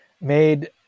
made